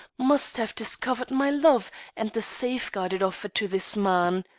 must have discovered my love and the safeguard it offered to this man.